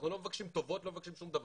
אנחנו לא מבקשים טובות, לא מבקשים שום דבר,